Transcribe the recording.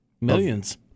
Millions